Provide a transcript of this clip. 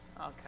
Okay